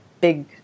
big